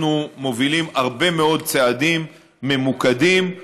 אנחנו מובילים הרבה מאוד צעדים ממוקדים,